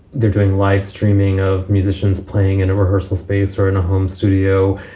they're doing livestreaming of musicians, playing in a rehearsal space or in a home studio.